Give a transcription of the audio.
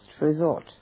resort